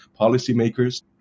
policymakers